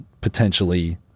potentially